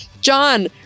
John